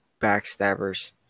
backstabbers